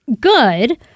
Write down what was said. Good